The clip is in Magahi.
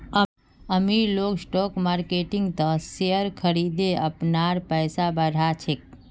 अमीर लोग स्टॉक मार्किटत शेयर खरिदे अपनार पैसा बढ़ा छेक